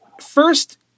First